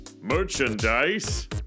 Merchandise